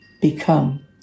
become